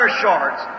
shorts